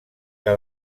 que